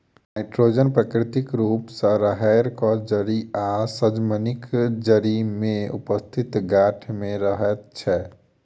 nitrogen प्राकृतिक रूप सॅ राहैड़क जड़ि आ सजमनिक जड़ि मे उपस्थित गाँठ मे रहैत छै